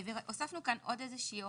הוספנו כאן עוד איזושהי הוראה,